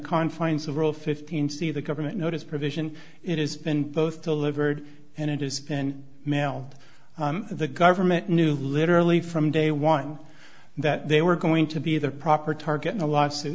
confines of rule fifteen see the government notice provision it has been both delivered and it has been mailed the government knew literally from day one that they were going to be the proper target in a law suit